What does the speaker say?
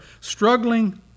struggling